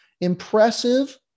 Impressive